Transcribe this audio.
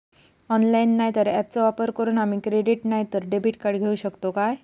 Online नाय तर ऍपचो वापर करून आम्ही क्रेडिट नाय तर डेबिट कार्ड घेऊ शकतो का?